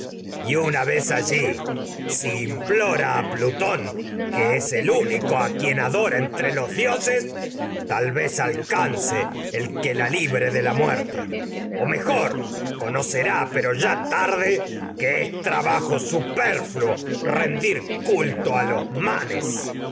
y una allí si implora pintón tal vez que es el único a quien adora entre libre de los dioses o alcance el que la pero ya la muerte mejor conocerá a tarde que es trabajo superfino rendir culto los manes